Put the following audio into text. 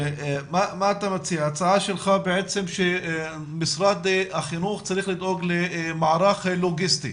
ההצעה שלך בעצם שמשרד החינוך צריך לדאוג למערך לוגיסטי